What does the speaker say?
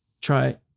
try